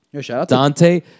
Dante